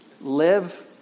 live